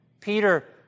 Peter